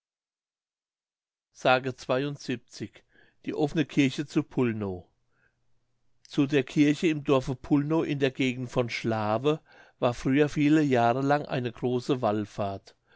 s die offne kirche zu pollnow zu der kirche im dorfe pollnow in der gegend von schlawe war früher viele jahre lang eine große wallfahrt